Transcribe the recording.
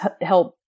help